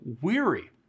weary